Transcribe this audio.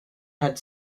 had